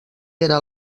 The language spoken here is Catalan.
era